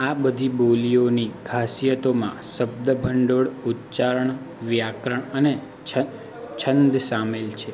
આ બધી બોલીઓની ખાસિયતોમાં શબ્દભંડોળ ઉચ્ચારણ વ્યાકરણ અને છંદ સામેલ છે